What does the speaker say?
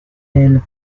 elle